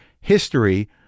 history